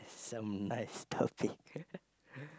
some nice topic